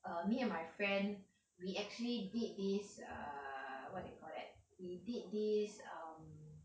err me and my friend we actually did this err what do you call that we did this um